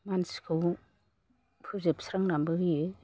मानसिखौ फोजोबस्रांनाबो होयो